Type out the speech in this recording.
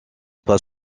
pas